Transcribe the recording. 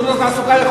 שירות התעסוקה יכול,